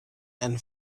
and